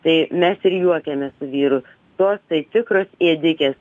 tai mes ir juokiamės su vyru tos tai tikros ėdikės